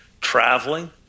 traveling